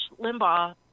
Limbaugh